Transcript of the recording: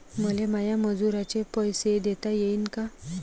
मले माया मजुराचे पैसे देता येईन का?